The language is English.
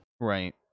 Right